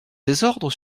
désordre